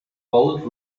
bold